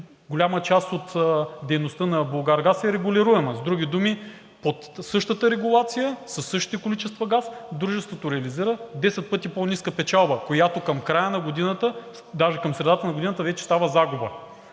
голяма част от дейността на „Булгаргаз“ е регулируема. С други думи, под същата регулация със същите количества газ дружеството реализира 10 пъти по-ниска печалба, която към края на годината, даже към средата на годината вече става загуба.